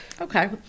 Okay